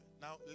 Now